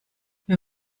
wir